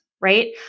right